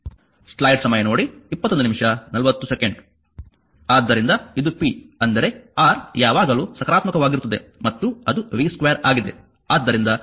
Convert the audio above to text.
ಆದ್ದರಿಂದ ಇದು p ಅಂದರೆ R ಯಾವಾಗಲೂ ಸಕಾರಾತ್ಮಕವಾಗಿರುತ್ತದೆಮತ್ತು ಅದು v2 ಆಗಿದೆ